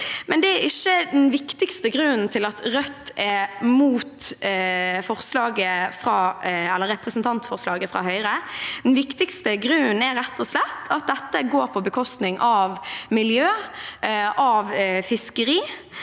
er likevel ikke den viktigste grunnen til at Rødt er mot representantforslaget fra Høyre. Den viktigste grunnen er rett og slett at det går på bekostning av miljø og fiskeri.